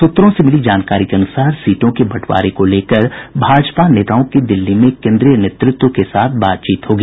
सूत्रों से मिली जानकारी के अनुसार सीटों के बंटवारे को लेकर भाजपा नेताओं की दिल्ली में केन्द्रीय नेतृत्व के साथ बातचीत होगी